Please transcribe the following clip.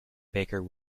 baker